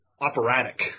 operatic